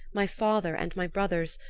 my father and my brothers,